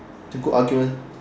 it's a good argument